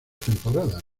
temporadas